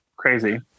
Crazy